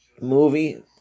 movie